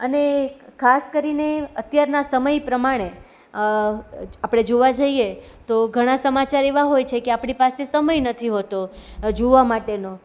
અને ખાસ કરીને અત્યારના સમય પ્રમાણે આપણે જોવા જઈએ તો ઘણા સમાચાર એવા હોય છે કે આપણી પાસે સમય નથી હોતો જોવા માટેનો